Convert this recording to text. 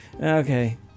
okay